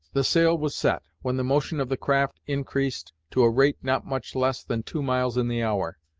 the sail was set, when the motion of the craft increased to a rate not much less than two miles in the hour.